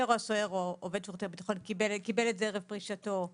בהגדרה "רכיב שכר מוחרג" שבסעיף 8, פסקה (1)